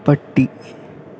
പട്ടി